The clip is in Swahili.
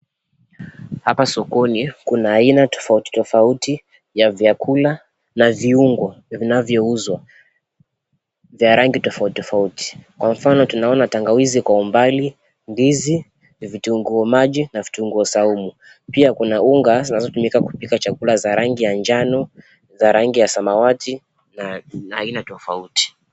Hapa sokoni kuna aina tofauti tofauti ya vyakula na viungo vinavyouzwa vya rangi tofauti tofauti. kwa mfano tunaona tangawizi kwa umbali, ndizi , vitunguu maji na vitunguu saumu pia kuna unga zinazotumika kupika chakula za rangi ya njano za rangi ya samawati na aina tofauti.